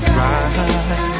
right